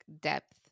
depth